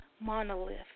monolith